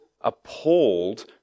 appalled